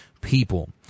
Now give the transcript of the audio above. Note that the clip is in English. people